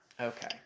Okay